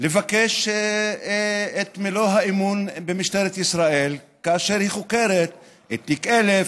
לבקש את מלוא האמון במשטרת ישראל כאשר היא חוקרת את תיק 1000,